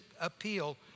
appeal